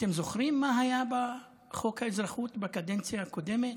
אתם זוכרים מה היה בחוק האזרחות בקדנציה הקודמת?